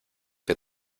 que